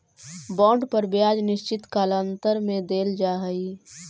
bond पर ब्याज निश्चित कालांतर में देल जा हई